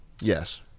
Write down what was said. Yes